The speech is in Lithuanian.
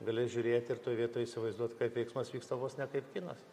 gali žiūrėt ir toj vietoj įsivaizduot kaip veiksmas vyksta vos ne kaip kinas